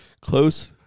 close